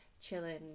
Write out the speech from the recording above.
chilling